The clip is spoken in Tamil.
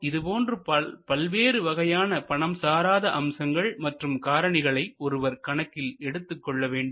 இது போன்ற பல்வேறு வகையான பணம் சாராத அம்சங்கள் மற்றும் காரணிகளை ஒருவர் கணக்கில் எடுத்துக் கொள்ள வேண்டும்